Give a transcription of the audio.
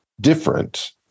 different